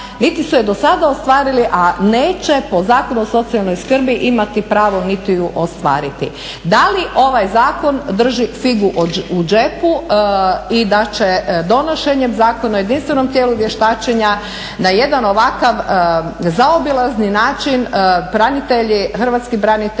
niti su je dosada ostvarili a neće po Zakonu o socijalnoj skrbi imati pravo niti ju ostvariti. Da li ovaj zakon drži figu u džepu i da će donošenjem Zakona o jedinstvenom tijelu vještačenja na jedan ovakav zaobilazni način Hrvatski branitelji,